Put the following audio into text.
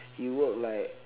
he work like